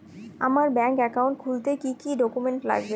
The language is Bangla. আমার ব্যাংক একাউন্ট খুলতে কি কি ডকুমেন্ট লাগবে?